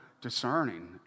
discerning